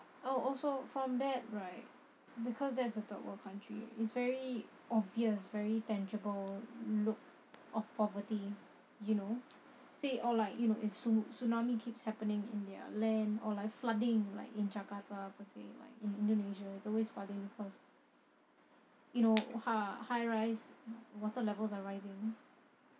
oh also from that right because that's a third world country it's very obvious very tangible look of poverty you know say or like you know if tsu~ tsunami keeps happening in their land or like flooding like in jakarta per se like in indonesia it's always flooding because you know hi~ high rise water levels are rising